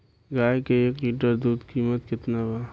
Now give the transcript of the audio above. गाय के एक लीटर दूध कीमत केतना बा?